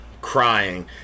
crying